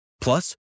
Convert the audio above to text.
Plus